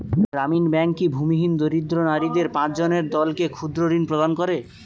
গ্রামীণ ব্যাংক কি ভূমিহীন দরিদ্র নারীদের পাঁচজনের দলকে ক্ষুদ্রঋণ প্রদান করে?